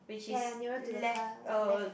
ya nearer to the car left